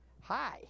Hi